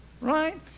Right